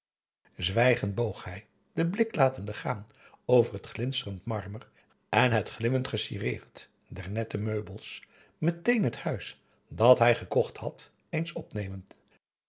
boog hij den blik latende gaan over het glinsterend marmer en het glimmend gecireerd der nette meubels meteen het huis dat hij gekocht had eens opnemend